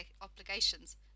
obligations